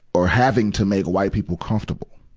or having to make white people comfortable,